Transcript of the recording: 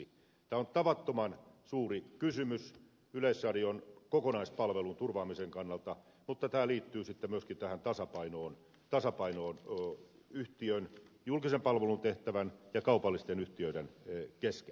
tämä on tavattoman suuri kysymys yleisradion kokonaispalvelun turvaamisen kannalta mutta tämä liittyy myöskin tasapainoon yhtiön julkisen palvelun tehtävän ja kaupallisten yhtiöiden kesken